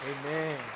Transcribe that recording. Amen